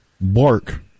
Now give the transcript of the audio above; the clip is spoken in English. Bark